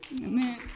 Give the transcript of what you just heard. Amen